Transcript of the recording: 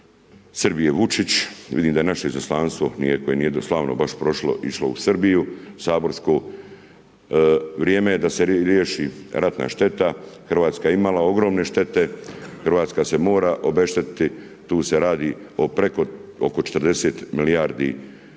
Srbije Vučić, vidimo da naše izaslanstvo, koje nije baš slavno prošlo išlo u Srbiju, saborsko. Vrijeme je da se riješi ratna šteta, Hrvatska je imala ogromnu štetu, Hrvatska se mora obeštetiti, tu se radi oko 40 milijardi eura